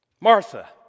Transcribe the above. Martha